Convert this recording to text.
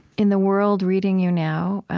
in the world reading you now,